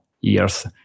years